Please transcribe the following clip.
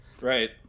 Right